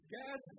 gas